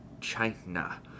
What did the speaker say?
China